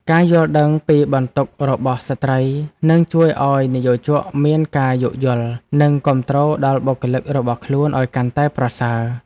ការយល់ដឹងពីបន្ទុករបស់ស្ត្រីនឹងជួយឱ្យនិយោជកមានការយោគយល់ និងគាំទ្រដល់បុគ្គលិករបស់ខ្លួនឱ្យកាន់តែប្រសើរ។